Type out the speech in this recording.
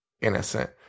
innocent